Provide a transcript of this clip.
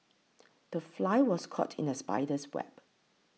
the fly was caught in the spider's web